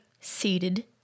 seated